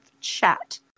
chat